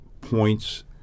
points